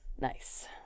Nice